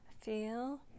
feel